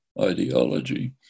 ideology